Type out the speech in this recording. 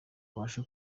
ubashe